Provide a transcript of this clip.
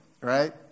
right